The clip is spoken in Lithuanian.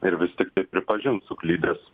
ir vis tiktai pripažins suklydęs